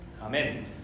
Amen